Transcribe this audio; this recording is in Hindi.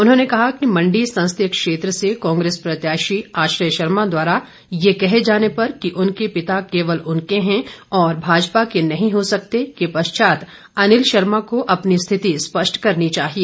उन्होंने कहा कि मंडी संसदीय क्षेत्र से कांग्रेस प्रत्याशी आश्रय शर्मा द्वारा यह कह जाने पर कि उनके पिता केवल उनके है और भाजपा के नहीं हो सकते के पश्चात अनिल शर्मा को अपनी स्थिति स्पष्ट करनी चाहिए